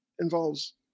involves